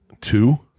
two